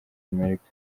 amerika